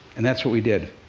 and that's what we did.